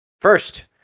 First